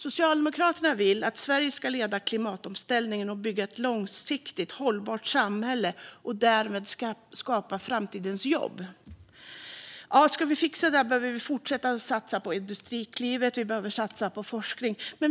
Socialdemokraterna vill att Sverige ska leda klimatomställningen, bygga ett långsiktigt hållbart samhälle och därmed skapa framtidens jobb. Ska vi fixa det behöver vi fortsätta att satsa på Industriklivet. Vi behöver satsa på forskning.